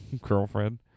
girlfriend